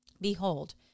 Behold